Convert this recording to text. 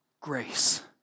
grace